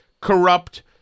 corrupt